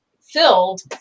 filled